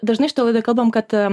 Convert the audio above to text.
dažnai šitoj laidoj kalbam kad